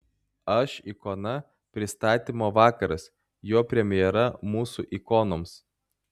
aš ikona pristatymo vakaras jo premjera mūsų ikonoms